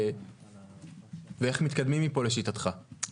ואיך מתקדמים מפה לשיטתך?